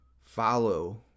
follow